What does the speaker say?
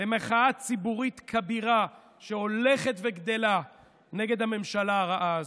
למחאה ציבורית כבירה שהולכת וגדלה נגד הממשלה הרעה הזאת.